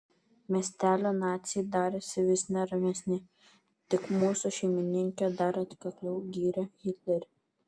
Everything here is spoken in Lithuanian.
miestelio naciai darėsi vis neramesni tik mūsų šeimininkė dar atkakliau gyrė hitlerį